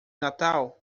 natal